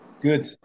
good